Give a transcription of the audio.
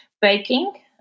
baking